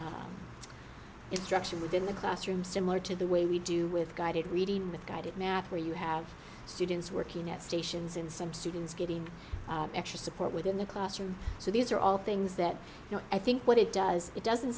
instruction within the classroom similar to the way we do with guided reading with guided math where you have students working at stations in some students getting extra support within the classroom so these are all things that you know i think what it does it doesn't